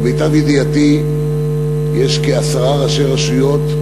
למיטב ידיעתי יש כעשרה ראשי רשויות,